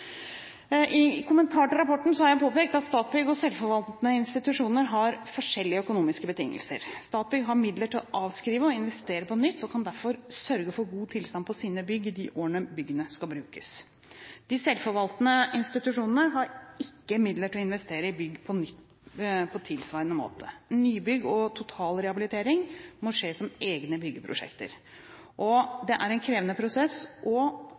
I kommentarer til rapporten har jeg påpekt at Statsbygg og selvforvaltende institusjoner har forskjellige økonomiske betingelser. Statsbygg har midler til å avskrive og investere på nytt og kan derfor sørge for god tilstand på sine bygg i de årene byggene skal brukes. De selvforvaltende institusjonene har ikke midler til å investere i bygg på nytt på tilsvarende måte. Nybygg og totalrehabilitering må skje som egne byggeprosjekter, og det er en krevende prosess